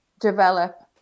develop